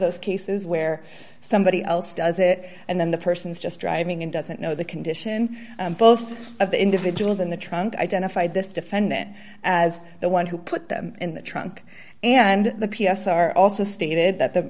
those cases where somebody else does it and then the person is just driving and doesn't know the condition both of the individuals in the trunk identified this defendant as the one who put them in the trunk and the p s r also stated that the